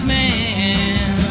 Man